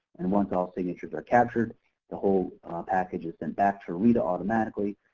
and once all signatures are captured, the whole package is sent back to ereta automatically,